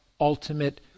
ultimate